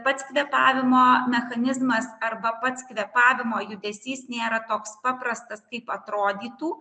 pats kvėpavimo mechanizmas arba pats kvėpavimo judesys nėra toks paprastas kaip atrodytų